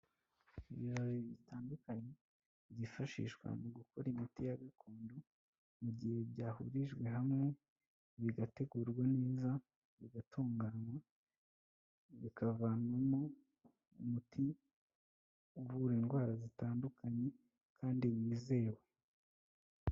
Ibibabi bitandukanye byifashishwa mu gukora imiti ya gakondo mu gihe byahurijwe hamwe bigategurwa neza, bigatunganywa, bikavanwamo umuti uvura indwara zitandukanye kandi wizewe.